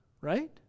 right